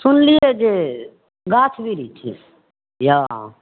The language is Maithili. सुनलिए जे गाछ बिरिछ यऽ